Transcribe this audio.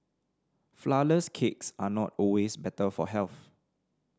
flourless cakes are not always better for health